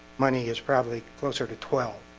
money is probably closer to twelve